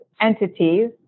entities